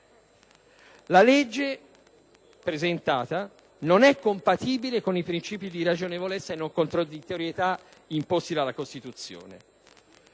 La legge presentata non è compatibile con i principi di ragionevolezza e non contraddittorietà imposti dalla Costituzione.